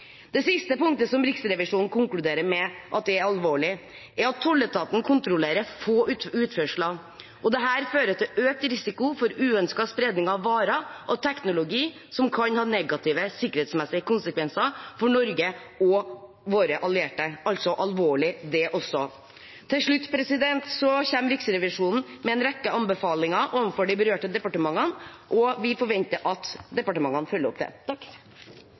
konkluderer med at er alvorlig, er at tolletaten kontrollerer få utførsler. Dette fører til økt risiko for uønsket spredning av varer og teknologi, som kan ha negative sikkerhetsmessige konsekvenser for Norge og våre allierte – altså alvorlig, det også. Til slutt kommer Riksrevisjonen med en rekke anbefalinger overfor de berørte departementer, og vi forventer at departementene følger opp det.